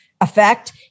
effect